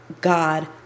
God